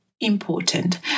important